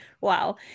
wow